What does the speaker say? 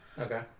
Okay